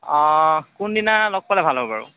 অঁ কোন দিনা লগ পালে ভাল হ'ব বাৰু